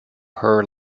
her